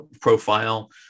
profile